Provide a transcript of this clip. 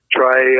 try